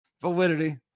validity